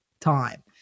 time